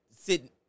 sit